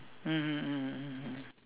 mmhmm mmhmm mmhmm